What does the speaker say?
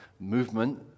movement